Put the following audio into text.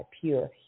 pure